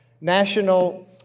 National